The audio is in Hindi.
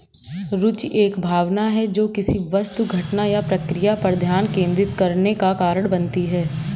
रूचि एक भावना है जो किसी वस्तु घटना या प्रक्रिया पर ध्यान केंद्रित करने का कारण बनती है